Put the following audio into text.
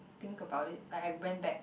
think about it like I went back